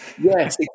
yes